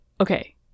okay